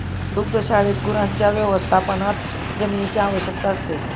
दुग्धशाळेत गुरांच्या व्यवस्थापनात जमिनीची आवश्यकता असते